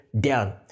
down